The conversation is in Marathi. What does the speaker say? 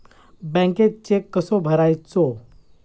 बँकेत चेक कसो भरायचो?